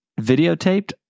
videotaped